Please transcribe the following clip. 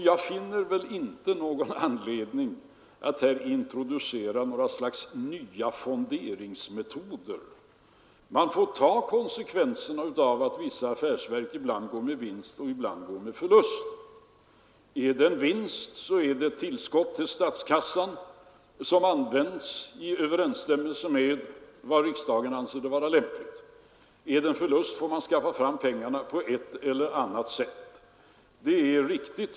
Jag finner väl inte någon anledning att här introducera några nya fonderingsmetoder. Man får ta konsekvenserna av att vissa affärsverk ibland går med vinst och ibland går med förlust. Är det en vinst, så är det ett tillskott till statskassan som används i överensstämmelse med vad riksdagen anser vara lämpligt. Är det en förlust, får man skaffa fram pengarna på ett eller annat sätt.